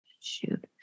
shoot